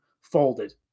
folded